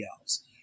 else